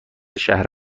شهر